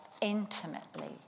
intimately